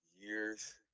years